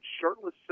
shirtless